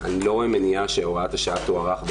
אני לא רואה מניעה שהוראת השעה תוארך,